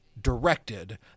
directed